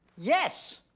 yes,